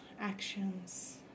actions